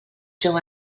féu